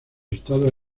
estados